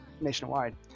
nationwide